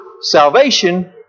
salvation